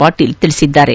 ಪಾಟೀಲ್ ತಿಳಿಸಿದ್ದಾರೆ